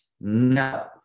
No